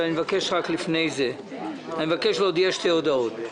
אבל לפני כן אני מבקש להודיע שתי הודעות.